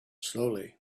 slowly